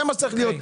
זה מה שצריך להיות.